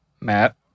Matt